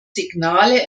signale